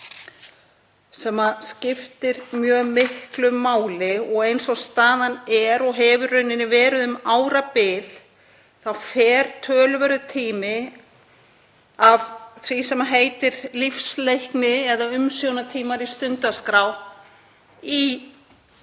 sem skiptir mjög miklu máli. Eins og staðan er, og hefur í raun verið um árabil, fer töluverður tími af því sem heitir lífsleikni eða umsjónartímar í stundaskrá í